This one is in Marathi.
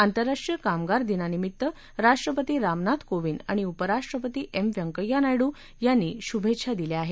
आंतरराष्ट्रीय कामगार दिनानिमित्त राष्ट्रपती रामनाथ कोविद आणि उपराष्ट्रपती एम व्यंकय्या नायडू यांनी शुभेच्छा दिल्या आहेत